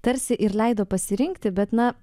tarsi ir leido pasirinkti bet na